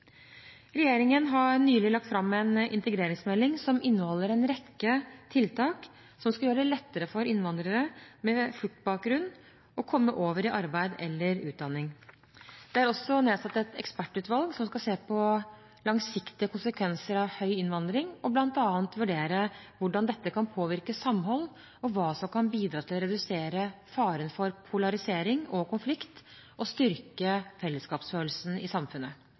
Regjeringen har nylig lagt fram en integreringsmelding som inneholder en rekke tiltak som skal gjøre det lettere for innvandrere med fluktbakgrunn å komme over i arbeid eller utdanning. Det er også nedsatt et ekspertutvalg som skal se på langsiktige konsekvenser av høy innvandring og bl.a. vurdere hvordan dette kan påvirke samhold og hva som kan bidra til å redusere faren for polarisering og konflikt og styrke fellesskapsfølelsen i samfunnet.